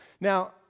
Now